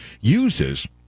uses